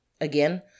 Again